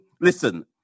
listen